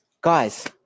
Guys